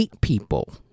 people